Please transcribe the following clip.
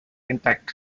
intact